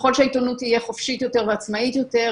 וככל שהעיתונות תהיה חופשית יותר ועצמאית יותר,